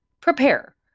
prepare